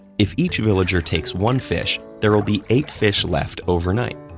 if each villager takes one fish, there will be eight fish left over night.